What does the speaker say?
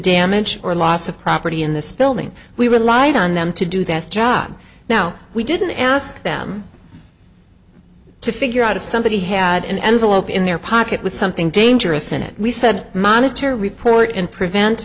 damage or loss of property in this building we relied on them to do that job now we didn't ask them to figure out if somebody had an envelope in their pocket with something dangerous in it we said monitor report and prevent